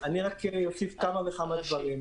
אוסיף רק כמה דברים.